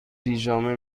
پیژامه